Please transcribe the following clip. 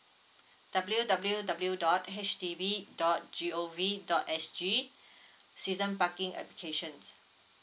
W W W dot H D B dot G O V dot S G season parking applications